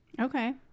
okay